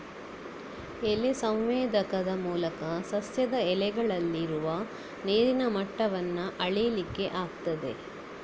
ಎಲೆ ಸಂವೇದಕದ ಮೂಲಕ ಸಸ್ಯದ ಎಲೆಗಳಲ್ಲಿ ಇರುವ ನೀರಿನ ಮಟ್ಟವನ್ನ ಅಳೀಲಿಕ್ಕೆ ಆಗ್ತದೆ